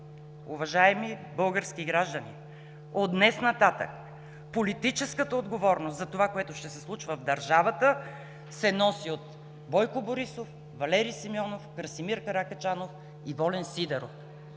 уважаеми български граждани, от днес нататък политическата отговорност за това, което ще се случва в държавата, се носи от Бойко Борисов, Валери Симеонов, Красимир Каракачанов и Волен Сидеров.